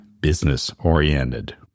business-oriented